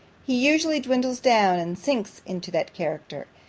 he usually dwindles down, and sinks into that character